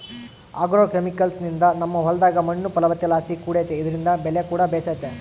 ಆಗ್ರೋಕೆಮಿಕಲ್ಸ್ನಿಂದ ನಮ್ಮ ಹೊಲದಾಗ ಮಣ್ಣು ಫಲವತ್ತತೆಲಾಸಿ ಕೂಡೆತೆ ಇದ್ರಿಂದ ಬೆಲೆಕೂಡ ಬೇಸೆತೆ